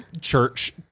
church